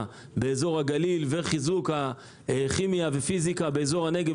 באזור הגליל וחיזוק הכימיה והפיזיקה באזור הנגב,